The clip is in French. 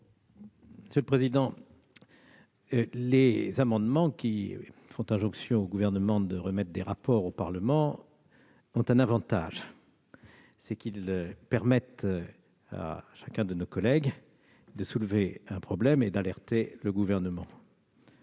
commission ? Les amendements faisant injonction au Gouvernement de remettre des rapports au Parlement ont un avantage : ils permettent à certains de nos collègues de soulever un problème et d'alerter le Gouvernement.